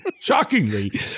shockingly